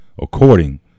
according